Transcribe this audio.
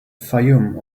fayoum